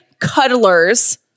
cuddlers